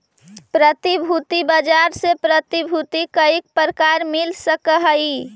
प्रतिभूति बाजार से प्रतिभूति कईक प्रकार मिल सकऽ हई?